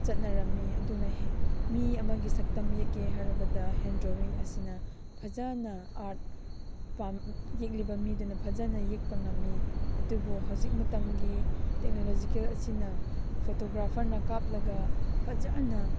ꯆꯠꯅꯔꯝꯃꯤ ꯑꯗꯨꯅ ꯃꯤ ꯑꯃꯒꯤ ꯁꯛꯇꯝ ꯌꯦꯛꯀꯦ ꯍꯥꯏꯔꯕꯗ ꯍꯦꯟ ꯗ꯭ꯔꯣꯋꯤꯡ ꯑꯁꯤꯅ ꯐꯖꯅ ꯑꯥꯔꯠ ꯌꯦꯛꯂꯤꯕ ꯃꯤꯗꯨꯅ ꯐꯖꯅ ꯌꯦꯛꯄ ꯉꯝꯃꯤ ꯑꯗꯨꯒ ꯍꯧꯖꯤꯛ ꯃꯇꯝꯒꯤ ꯇꯦꯛꯅꯣꯂꯣꯖꯤꯀꯦꯜ ꯑꯁꯤꯅ ꯐꯣꯇꯣꯒ꯭ꯔꯥꯐꯔꯅ ꯀꯥꯞꯂꯒ ꯐꯖꯅ